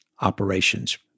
operations